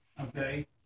Okay